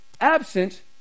absent